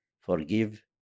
forgive